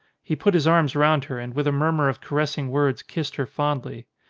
he put his arms round her and with a murmur of caressing words kissed her fondly.